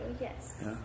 yes